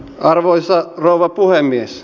arvoisa rouva puhemies